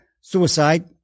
suicide